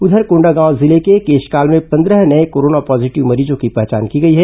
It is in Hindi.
उधर कोंडागांव जिले के केशकाल में पंद्रह नए कोरोना पॉजीटिव मरीजों की पहचान की गई है